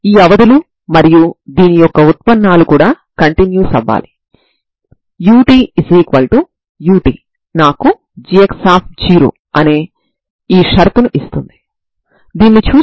ఇప్పుడు మనం దీనిని ఒకే ఒక్క ఐగెన్ ఫంక్షన్ sin μ తో ముగించడాన్ని చూడాలి